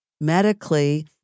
medically